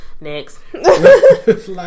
next